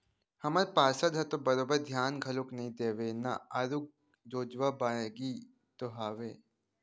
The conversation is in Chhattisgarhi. हमर पार्षद ह तो बरोबर धियान घलोक नइ देवय ना आरुग जोजवा बानी तो हवय